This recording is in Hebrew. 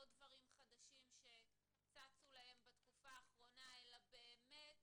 לא דברים חדשים שצצו להם בתקופה האחרונה אלא באמת